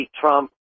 trump